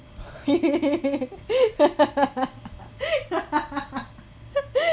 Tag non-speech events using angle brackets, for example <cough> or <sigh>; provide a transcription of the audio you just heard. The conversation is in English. <laughs>